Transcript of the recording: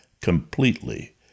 completely